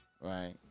right